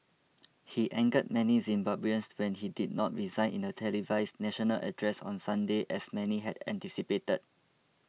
he angered many Zimbabweans when he did not resign in a televised national address on Sunday as many had anticipated